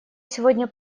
сегодня